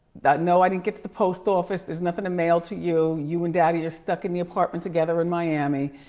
that, no, i didn't get to the post office, there's nothing to mail to you. you and daddy are stuck in the apartment together in miami.